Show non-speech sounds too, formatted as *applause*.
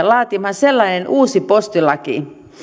*unintelligible* laatimaan sellainen uusi postilaki